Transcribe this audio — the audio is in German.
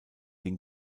den